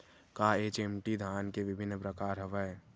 का एच.एम.टी धान के विभिन्र प्रकार हवय?